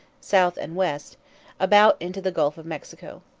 south and west about into the gulf of mexico.